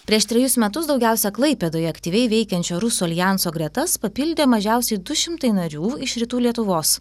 prieš trejus metus daugiausia klaipėdoje aktyviai veikiančio rusų aljanso gretas papildė mažiausiai du šimtai narių iš rytų lietuvos